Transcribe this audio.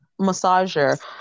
massager